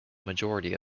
majority